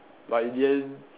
but in the end